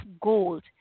gold